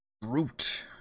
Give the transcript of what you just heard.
brute